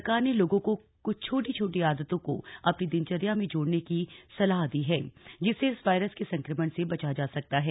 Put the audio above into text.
सरकार ने लोगों को कुछ छोटी छोटी आदतों को अपनी दिनचर्या में जोड़ने की सलाह दी है जिससे इस वायरस के संक्रमण से बचा जा सकता है